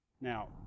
Now